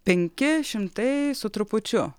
penki šimtai su trupučiu